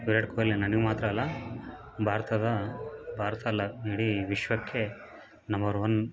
ವಿರಾಟ್ ಕೊಹ್ಲಿ ನನಗೆ ಮಾತ್ರ ಅಲ್ಲ ಭಾರತದ ಭಾರತ ಅಲ್ಲ ಇಡೀ ವಿಶ್ವಕ್ಕೆ ನಂಬರ್ ಒನ್